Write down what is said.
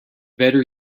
better